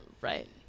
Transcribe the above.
Right